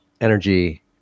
energy